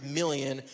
million